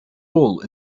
role